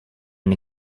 and